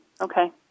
Okay